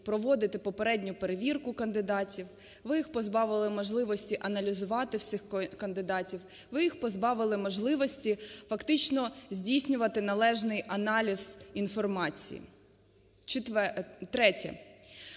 проводити попередню перевірку кандидатів. Ви їх позбавили можливості аналізувати всіх кандидатів. Ви їх позбавили можливості фактично здійснювати належний аналіз інформації. Третє.